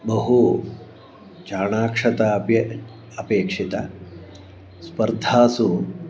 बहु चाणाक्षता अपि अपेक्षिता स्पर्धासु